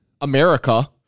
america